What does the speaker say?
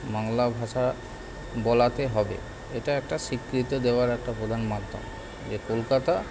বাংলা ভাষা বলাতে হবে এটা একটা স্বীকৃতি দেওয়ার একটি প্রধান মাধ্যম যে কলকাতা